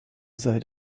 seid